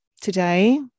today